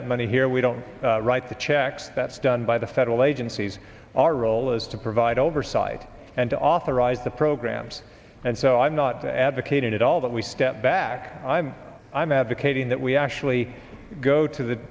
that money here we don't write the checks that's done by the federal agencies our role is to provide oversight and to authorize the programs and so i'm not advocating at all that we step back i'm i'm advocating that we actually go to the